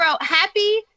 Happy